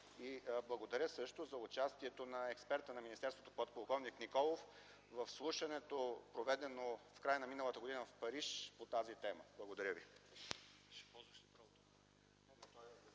Благодаря също за участието на експерта на министерството подполковник Николов в слушането, проведено в края на миналата година в Париж по тази тема. Благодаря ви.